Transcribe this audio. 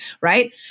right